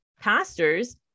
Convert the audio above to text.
pastors